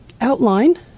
outline